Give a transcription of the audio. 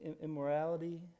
immorality